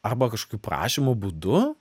arba kažkokiu prašymo būdu